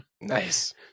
Nice